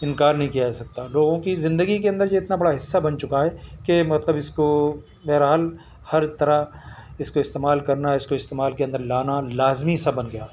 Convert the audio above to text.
انکار نہیں کیا جا سکتا لوگوں کی زندگی کے اندر یہ اتنا بڑا حصہ بن چکا ہے کہ مطلب اس کو بہرحال ہر طرح اس کو استعمال کرنا اس کو استعمال کے اندر لانا لازمی حصہ بن گیا